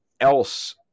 else